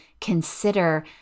consider